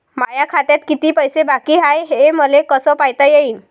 माया खात्यात किती पैसे बाकी हाय, हे मले कस पायता येईन?